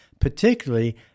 particularly